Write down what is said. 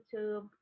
YouTube